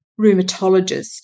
rheumatologist